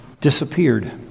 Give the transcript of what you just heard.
disappeared